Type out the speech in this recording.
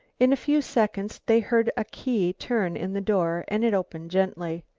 in a few seconds they heard a key turn in the door and it opened gently.